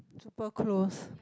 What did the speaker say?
super close